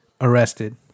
arrested